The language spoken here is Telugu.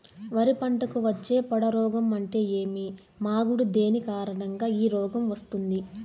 వరి పంటకు వచ్చే పొడ రోగం అంటే ఏమి? మాగుడు దేని కారణంగా ఈ రోగం వస్తుంది?